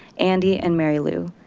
andi and mary lou.